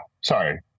sorry